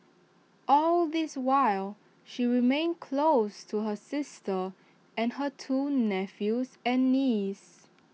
all this while she remained close to her sister and her two nephews and niece